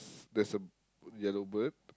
s~ there's a yellow bird